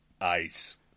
ice